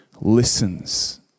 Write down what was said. listens